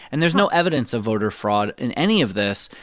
and there's no evidence of voter fraud in any of this.